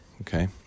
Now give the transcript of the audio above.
okay